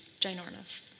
ginormous